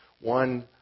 One